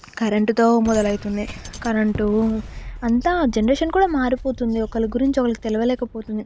కరెంటుతో మొదలవుతుంది కరెంటు అంతా జనరేషన్ కూడా మారిపోతుంది ఒకరు గురించి ఒకరికి తెలవలేక పోతుంది